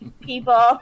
people